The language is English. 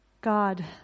God